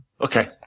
Okay